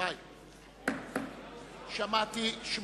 שמעתי.